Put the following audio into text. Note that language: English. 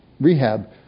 rehab